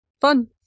fun